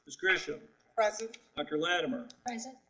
grisham present. dr. latimer present.